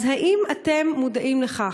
אז, האם אתם מודעים לכך?